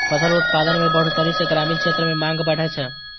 फसल उत्पादन मे बढ़ोतरी सं ग्रामीण क्षेत्र मे मांग बढ़ै छै